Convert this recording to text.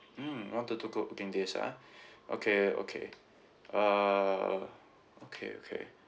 mm one to two two working days ah okay okay uh okay okay